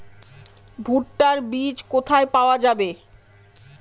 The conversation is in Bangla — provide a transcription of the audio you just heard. ভুট্টার বিজ কোথায় পাওয়া যাবে?